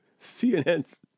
CNN's